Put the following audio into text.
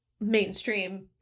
mainstream